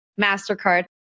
MasterCard